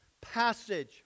passage